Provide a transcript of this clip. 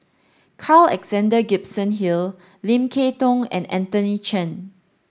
Carl Alexander Gibson Hill Lim Kay Tong and Anthony Chen